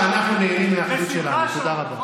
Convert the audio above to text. תודה רבה.